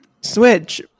switch